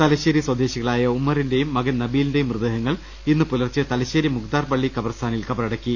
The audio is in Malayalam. തലശ്ശേരി സ്വദേശികളായ ഉമറിന്റെയും മകൻ നബീലി ന്റെയും മൃതദേഹങ്ങൾ ഇന്ന് പുലർച്ചെ തലശ്ശേരി മുഖ്ദാർ പള്ളി കബർസ്ഥാനിൽ കബറടക്കി